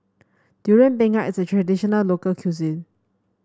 Durian Pengat is a traditional local cuisine